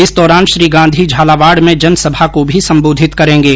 इस दौरान श्री गांधी झालावाड़ में जन सभा को भी सम्बोधित करेंगे